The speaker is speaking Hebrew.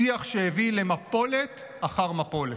שיח שהביא למפולת אחר מפולת: